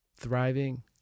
thriving